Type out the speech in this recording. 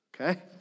Okay